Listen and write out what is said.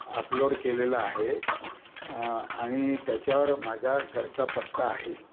upload केलेलं आहे आणि त्याच्यावर माझ्या घरचा पत्ता आहे